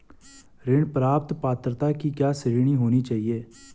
ऋण प्राप्त पात्रता की क्या श्रेणी होनी चाहिए?